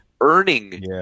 earning